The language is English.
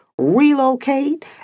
relocate